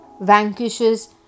vanquishes